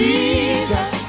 Jesus